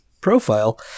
profile